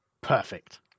Perfect